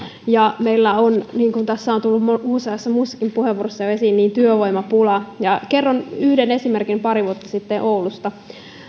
ja meillä on niin kuin tässä on tullut useassa muussakin puheenvuorossa jo esiin työvoimapula kerron yhden esimerkin pari vuotta sitten oulusta